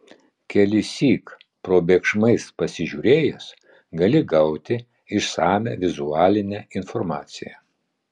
kelissyk probėgšmais pasižiūrėjęs gali gauti išsamią vizualinę informaciją